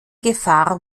gefahr